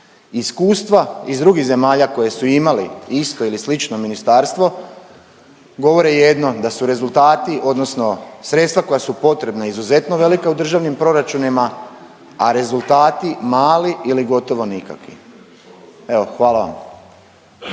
Iskustva iz drugih zemalja koje su imale isto ili slično ministarstvo govore jedno, da su rezultati odnosno sredstva koja su potrebna izuzetno velika u državnim proračunima, a rezultati mali ili gotovo nikakvi. Evo, hvala vam.